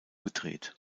gedreht